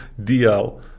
DL